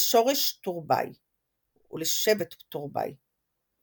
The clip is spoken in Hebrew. ולשבט טורבאי.